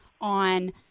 on